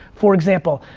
for example,